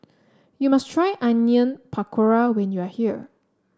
you must try Onion Pakora when you are here